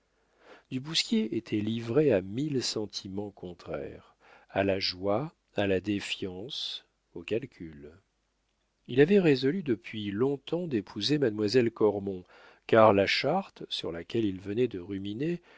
du bousquier était livré à mille sentiments contraires à la joie à la défiance au calcul il avait résolu depuis longtemps d'épouser mademoiselle cormon car la charte sur laquelle il venait de ruminer